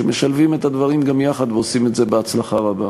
שמשלבים את הדברים גם יחד ועושים את זה בהצלחה רבה.